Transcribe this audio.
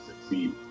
succeed